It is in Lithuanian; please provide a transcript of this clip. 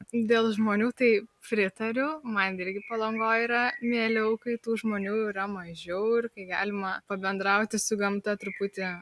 dėl žmonių tai pritariu man irgi palangoj yra mieliau kai tų žmonių yra mažiau ir kai galima pabendrauti su gamta truputį